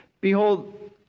Behold